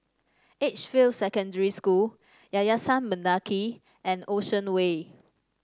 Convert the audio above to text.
Edgefield Secondary School Yayasan Mendaki and Ocean Way